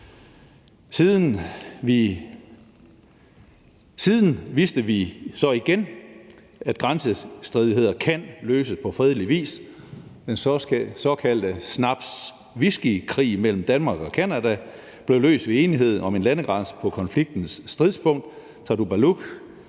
Siden viste vi så igen, at grænsestridigheder kan løses på fredelig vis. Den såkaldte snaps-whisky-krig mellem Danmark og Canada blev løst ved enighed om en landegrænse på konfliktens stridspunkt, Tartupaluk